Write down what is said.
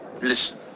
listen